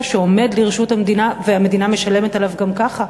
שעומד לרשות המדינה והמדינה משלמת עליו גם ככה.